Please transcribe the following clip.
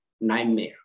Nightmare